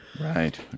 Right